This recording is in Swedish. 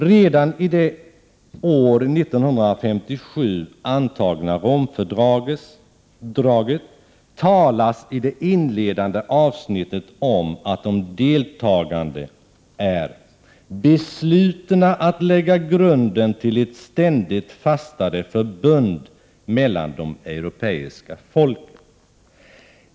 Redan i det år 1957 antagna Romfördraget talas i det inledande avsnittet om att de deltagande är ”beslutna att lägga grunden till 21 ett ständigt fastare förbund mellan de europeiska folken”.